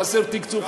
חסר תקצוב,